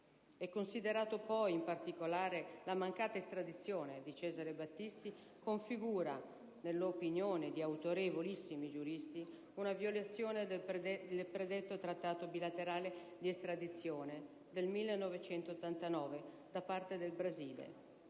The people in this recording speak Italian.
considerando poi in particolare che: la mancata estradizione di Cesare Battisti configura, nell'opinione di autorevoli giuristi, una violazione del predetto Trattato bilaterale di estradizione del 1989 da parte del Brasile,